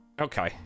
Okay